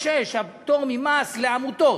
ישיבה של ועדת הכספים, סעיף 46, פטור ממס לעמותות.